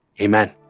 amen